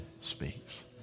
speaks